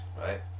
right